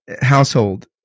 Household